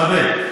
מכבד.